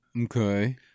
Okay